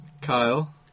kyle